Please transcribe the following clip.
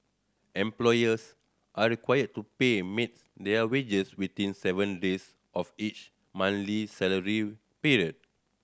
employers are required to pay maids their wages within seven days of each monthly salary period